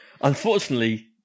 Unfortunately